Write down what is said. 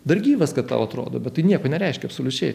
dar gyvas kad tau atrodo bet tai nieko nereiškia absoliučiai